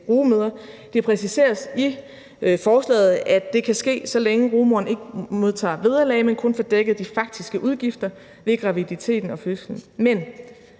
rugemødre. Det præciseres i forslaget, at det kan ske, så længe rugemoren ikke modtager vederlag, men kun får dækket de faktiske udgifter ved graviditeten og fødslen. Men